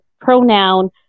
pronoun